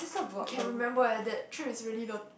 can remember eh that trip is really the